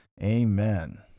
Amen